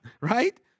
Right